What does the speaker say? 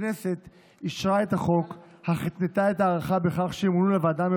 ציטוט: הערבים שכחו את הנכבה והגיע הזמן להתחיל להזכיר להם.